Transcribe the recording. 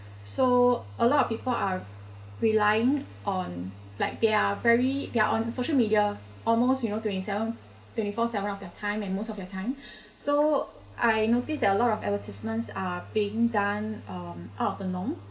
so a lot of people are relying on like they're very they're on social media almost you know twenty seven twenty four seven of their time and most of their time so I noticed that a lot of advertisements are being done um out of the norm